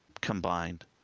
combined